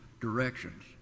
directions